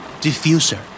Diffuser